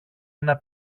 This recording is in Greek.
ένα